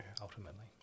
ultimately